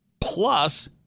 Plus